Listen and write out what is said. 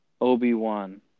Obi-Wan